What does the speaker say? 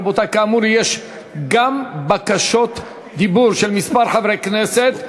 רבותי, כאמור, יש בקשות דיבור של כמה חברי כנסת.